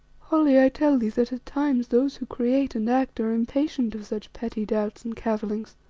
holly, i tell thee that at times those who create and act are impatient of such petty doubts and cavillings.